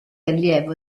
allievo